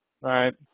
right